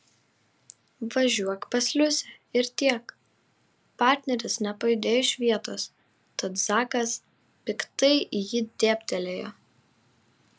važiuok pas liusę ir tiek partneris nepajudėjo iš vietos tad zakas piktai į jį dėbtelėjo